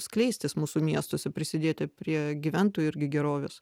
skleistis mūsų miestuose prisidėti prie gyventojų irgi gerovės